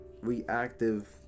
reactive